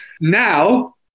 Now